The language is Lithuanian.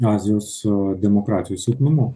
azijos demokratijų silpnumu